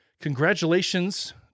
Congratulations